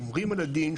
שומרים על הדין,